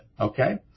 okay